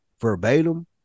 verbatim